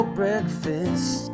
breakfast